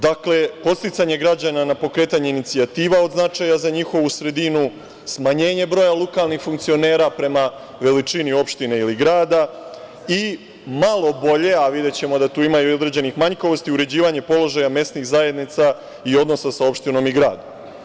Dakle, podsticanje građana na pokretanje inicijative od značaja za njihovu sredinu, smanjenje broja lokalnih funkcionera prema veličine opštine ili grada i malo bolje, a videćemo da tu ima i određenih manjkavosti, uređivanje položaja mesnih zajednica i odnosa sa opštinom i gradom.